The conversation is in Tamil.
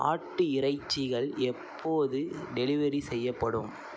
ஆட்டு இறைச்சிகள் எப்போது டெலிவரி செய்யப்படும்